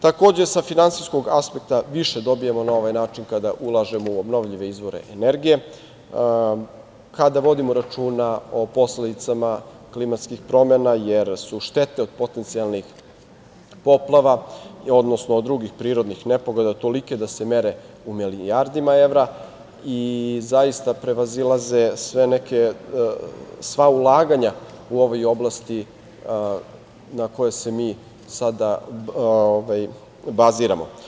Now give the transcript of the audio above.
Takođe, sa finansijskog aspekta više dobijamo na ovaj način kada ulažemo u obnovljive izvore energije, kada vodimo računa o posledicama klimatskih promena, jer su štete od potencijalnih poplava, odnosno od drugih prirodnih nepogoda tolike da se mere u milijardama evra i prevazilaze sva ulaganja u ovoj oblasti na koje se mi sada baziramo.